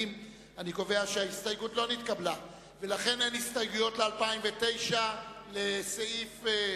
ההסתייגות של קבוצת מרצ לסעיף 38,